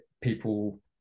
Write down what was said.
people